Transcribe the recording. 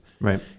Right